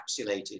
encapsulated